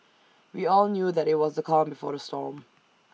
we all knew that IT was the calm before the storm